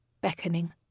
beckoning